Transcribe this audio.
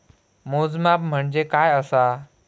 मोजमाप म्हणजे काय असा?